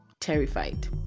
terrified